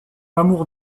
amour